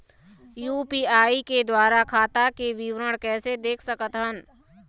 UPI के द्वारा खाता के विवरण कैसे देख सकत हन?